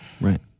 right